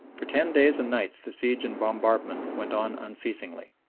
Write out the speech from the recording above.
for ten days and nights the siege and bombardment went on unceasingly.